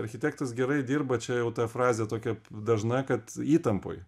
architektas gerai dirba čia jau ta frazė tokia dažna kad įtampoj